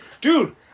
Dude